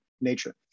nature